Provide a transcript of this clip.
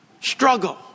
struggle